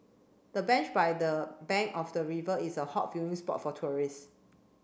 the bench by the bank of the river is a hot viewing spot for tourists